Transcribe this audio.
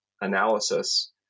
analysis